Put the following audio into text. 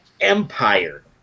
empire